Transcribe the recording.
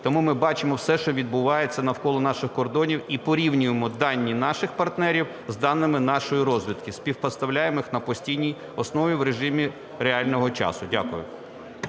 Тому ми бачимо все, що відбувається навколо наших кордонів і порівнюємо дані наших партнерів з даними нашої розвідки, співпоставляємо їх на постійній основі в режимі реального часу. Дякую.